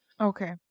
Okay